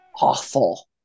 awful